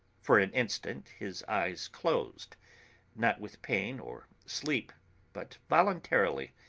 for an instant his eyes closed not with pain or sleep but voluntarily,